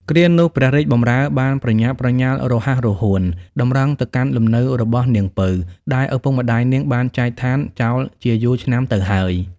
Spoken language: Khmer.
គ្រានោះ ព្រះរាជបម្រើបានប្រញាប់ប្រញាល់រហ័សរហួន តម្រង់ទៅកាន់លំនៅរបស់នាង ពៅ ដែលឪពុកម្ដាយនាងបានចែកឋានចោលជាយូរឆ្នាំទៅហើយ ។